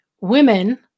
women